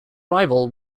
rival